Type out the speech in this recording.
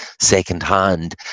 second-hand